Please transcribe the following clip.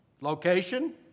Location